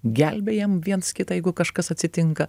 gelbėjam viens kitą jeigu kažkas atsitinka